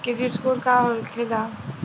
Credit score का होखेला?